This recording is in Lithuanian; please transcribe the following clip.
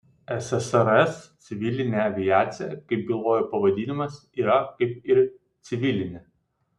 ssrs civilinė aviacija kaip byloja pavadinimas yra kaip ir civilinė